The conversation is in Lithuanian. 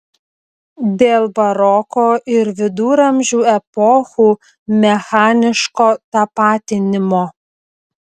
dėl baroko ir viduramžių epochų mechaniško tapatinimo